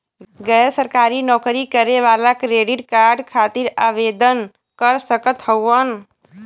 गैर सरकारी नौकरी करें वाला क्रेडिट कार्ड खातिर आवेदन कर सकत हवन?